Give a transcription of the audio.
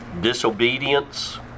disobedience